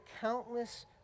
countless